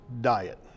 diet